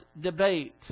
debate